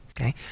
Okay